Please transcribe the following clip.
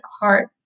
heart